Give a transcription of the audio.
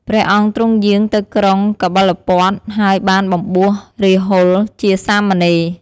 ព្រះអង្គទ្រង់យាងទៅក្រុងកបិលពស្តុ ហើយបានបំបួសរាហុលជាសាមណេរ។